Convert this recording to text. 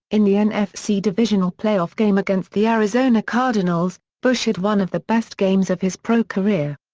in the nfc divisional playoff game against the arizona cardinals, bush had one of the best games of his pro career.